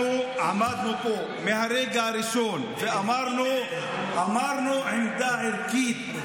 אנחנו עמדנו פה מהרגע הראשון ואמרנו עמדה ערכית,